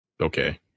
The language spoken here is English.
Okay